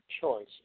choice